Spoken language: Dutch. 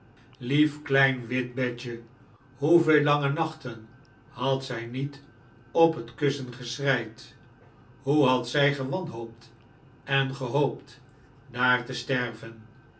lief klein wit bedje hoeveel lange nachten had zij niet op het kussen geschreid hoe had zij gewanhoopt en gehoopt daar te sterven